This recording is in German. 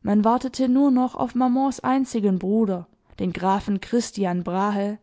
man wartete nur noch auf mamans einzigen bruder den grafen christian brahe